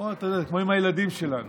זה כמו עם הילדים שלנו.